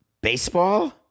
baseball